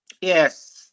Yes